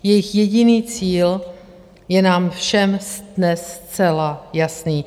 Jejich jediný cíl je nám všem dnes zcela jasný.